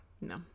No